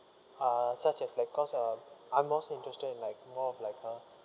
ah such as like cause uh I'm also interested in like more of like uh